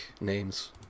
names